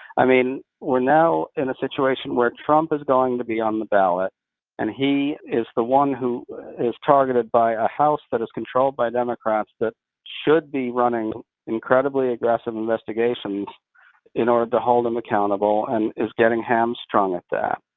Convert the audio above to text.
i mean, we're now in a situation where trump is going to be on the ballot and he is the one who is targeted by a house that is controlled by democrats that should be running incredibly aggressive investigations in order to hold him accountable, and is getting hamstrung at that.